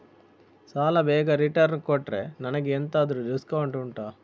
ಸಾಲ ಬೇಗ ರಿಟರ್ನ್ ಕೊಟ್ರೆ ನನಗೆ ಎಂತಾದ್ರೂ ಡಿಸ್ಕೌಂಟ್ ಉಂಟಾ